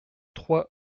trois